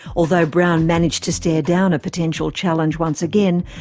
although brown managed to stare down a potential challenge once again,